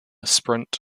sprint